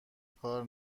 کار